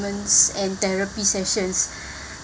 and therapy sessions